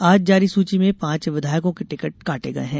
आज जारी सूची में पांच विधायकों के टिकट काटे गये हैं